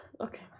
okay